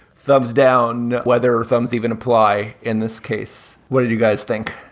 thumbs down, whether or thumbs even apply in this case. what did you guys think?